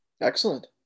Excellent